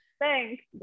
thanks